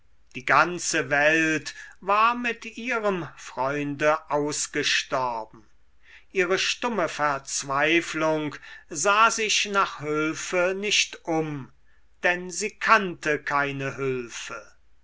die ganze welt war mit ihrem freunde ausgestorben ihre stumme verzweiflung sah sich nach hülfe nicht um denn sie kannte keine hülfe